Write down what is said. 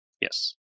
Yes